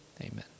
Amen